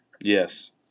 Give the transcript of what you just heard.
Yes